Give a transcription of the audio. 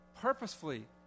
purposefully